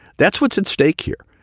that's what's at stake here.